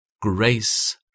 grace